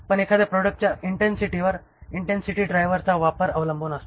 पण एखाद्या प्रॉडक्टच्या इंटेन्सिटीवर इंटेन्सिटी ड्रायव्हर्सचा वापर अवलंबून असतो